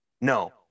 no